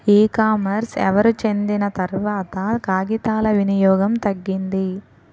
e commerce ఎవరు చెందిన తర్వాత కాగితాల వినియోగం తగ్గింది